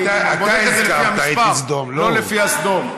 אני הולך לפי המספר ולא לפי הסדום.